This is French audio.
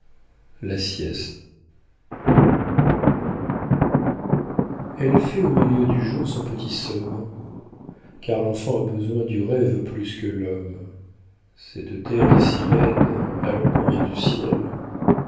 elle fait au milieu du jour son petit somme car l'enfant a besoin du rêve plus que l'homme cette terre est si laide alors qu'on vient du ciel